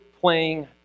playing